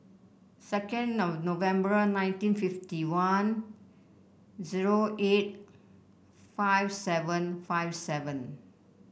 second November nineteen fifty one zero eight five seven five seven